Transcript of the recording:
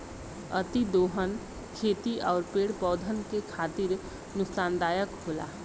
अतिदोहन खेती आउर पेड़ पौधन के खातिर नुकसानदायक होला